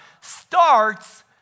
starts